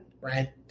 Right